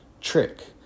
trick